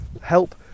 help